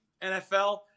NFL